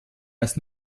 als